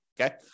okay